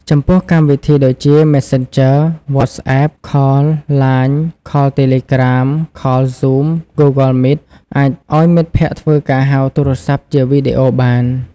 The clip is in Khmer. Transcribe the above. ចំពោះកម្មវិធីដូចជា Messenger WhatsApp Call LINE Call Telegram Call Zoom Google Meet អាចឱ្យមិត្តភ័ក្តិធ្វើការហៅទូរស័ព្ទជាវីដេអូបាន ។